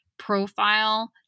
profile